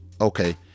Okay